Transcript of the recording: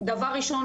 דבר ראשון,